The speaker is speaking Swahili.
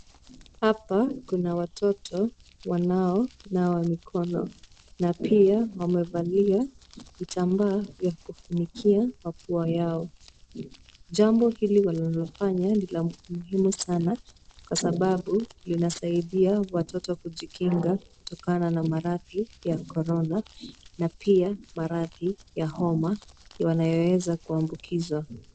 Hapa kuna watoto wanaonawa mikono na pia wamevalia vitambaa vya kufunikia mapua yao. Jambo hili wanalofanya ni la muhimu sana kwa sababu linasaidia watoto kujikinga kutokana na maradhi ya korona na pia maradhi ya homa wanayoweza kuambukizwa.